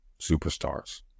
superstars